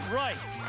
right